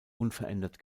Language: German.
unverändert